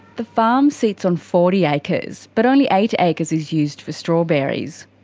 the farm sits on forty acres, but only eight acres is used for strawberries.